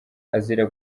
azira